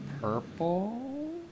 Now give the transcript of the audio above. purple